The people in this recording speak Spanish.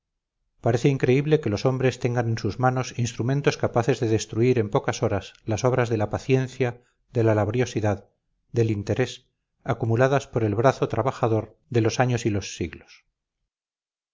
parece increíble que los hombres tengan en sus manos instrumentos capaces de destruir en pocas horas las obras de la paciencia de la laboriosidad del interés acumuladas por el brazo trabajador de los años y los siglos